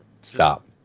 stop